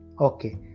Okay